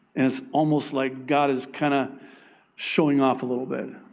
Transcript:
and it's almost like god is kind of showing off a little bit.